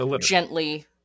gently